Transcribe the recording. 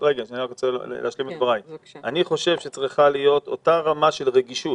אני חושב שצריכה להיות אותה רמה של רגישות,